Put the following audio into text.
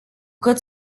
cât